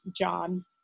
John